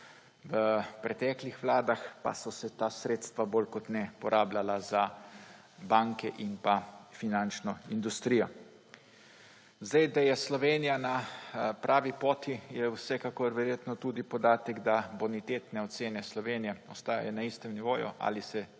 v preteklih vladah pa so se ta sredstva bolj kot ne porabljala za banke in pa finančno industrijo. Da je Slovenija na pravi poti, je vsekakor verjetno tudi podatek, da bonitetne ocene Slovenije ostajajo na istem nivoju ali se